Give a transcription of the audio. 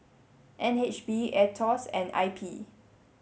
N H B AETOS and I P